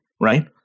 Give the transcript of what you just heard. right